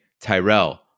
Tyrell